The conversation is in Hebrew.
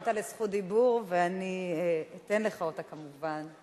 נרשמת לרשות דיבור, ואני אתן לך אותה כמובן.